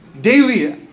daily